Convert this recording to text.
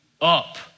up